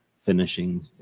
finishing